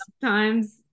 Sometimes-